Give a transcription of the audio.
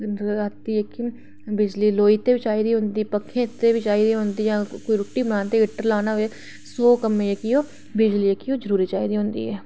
ते रातीं बिजली जेह्की लोऽ ते भी चाहिदी होंदी पक्खे आस्तै बी चाहिदी होंदी ते जां रुट्टी बनाने गितै हीटर लाना होऐ सौ कम्में ई जेह्की ओह् बिजली चाहिदी होंदी